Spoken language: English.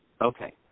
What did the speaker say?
Okay